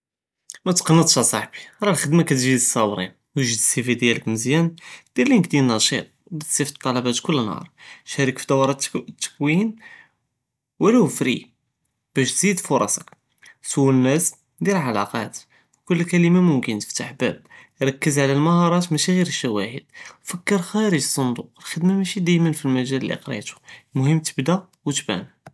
מא ת'קנתש אסחבי, רא אלחדמה קתג'י לסאברין, וגד סיווי דיאלק מזיאן, דר לינק דיאל נשיט, תסיפט אלטלבות כלא נהר, שארק פדורות תכוין ו לו פרי באש תזיד פורסק. סואל נאס, דר עלاقات, כלא קלמה מוכן תפתח בבא. רקז עלא אלמהאראת מאשי נאר אלשוודה, פכר חארג אלסונדוק, אלחדמה מאשי דימה פמלגאל אללי קריתו, אלמוהים תבדה ו תבן.